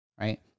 right